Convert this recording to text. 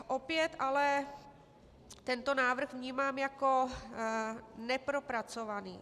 Opět ale tento návrh vnímám jako nepropracovaný.